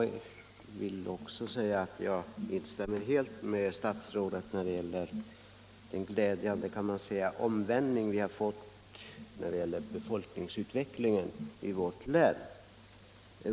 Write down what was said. Herr talman! Jag instämmer helt med statsrådet när det gäller den glädjande omvändning vi fått i befolkningsutvecklingen i vårt län.